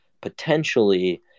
potentially